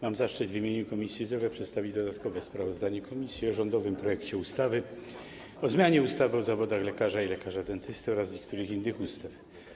Mam zaszczyt w imieniu Komisji Zdrowia przedstawić dodatkowe sprawozdanie komisji o rządowym projekcie ustawy o zmianie ustawy o zawodach lekarza i lekarza dentysty oraz niektórych innych ustaw.